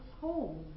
home